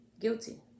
guilty